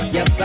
Yes